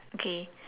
okay